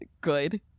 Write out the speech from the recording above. good